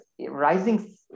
rising